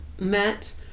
met